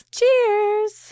Cheers